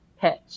pitch